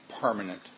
permanent